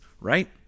right